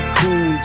cool